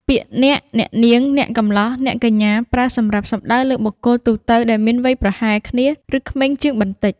ពាក្យ អ្នក អ្នកនាង អ្នកកំលោះ អ្នកកញ្ញា ប្រើសម្រាប់សំដៅលើបុគ្គលទូទៅដែលមានវ័យប្រហែលគ្នា ឬក្មេងជាងបន្តិច។